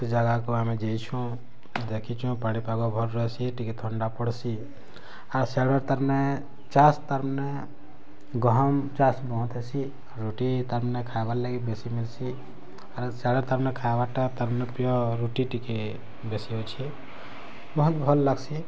ସେ ଜାଗାକୁ ଆମେ ଯେଇଛୁଁ ଦେଖିଛୁଁ ପାଣିପାଗ ଭଲ୍ ରହେସି ଟିକେ ଥଣ୍ଡା ପଡ଼୍ସି ଆର୍ ସିଆଡ଼େ ତାର୍ ମାନେ ଚାଷ୍ ତାର୍ ମାନେ ଗହମ୍ ଚାଷ୍ ବହୁତ୍ ହେସି ରୁଟି ତାର୍ ମାନେ ଖାଇବାର୍ ଲାଗି ବେଶୀ ମିଲ୍ସି ଆର୍ ସିଆଡ଼େ ତାର୍ ମାନେ ଖାଇବାର୍ ଟା ତା'ରମାନେ ରୁଟି ଟିକେ ବେଶୀ ଅଛେ ବହୁତ୍ ଭଲ୍ ଲାଗ୍ସି